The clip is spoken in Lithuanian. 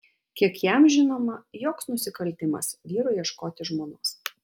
kiek jam žinoma joks nusikaltimas vyrui ieškoti žmonos